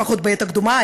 לפחות בעת הקדומה,